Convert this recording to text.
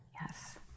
Yes